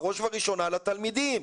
בראש ובראשונה לתלמידים.